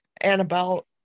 Annabelle